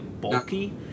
bulky